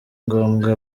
ngombwa